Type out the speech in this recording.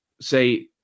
say